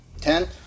Ten